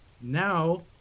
now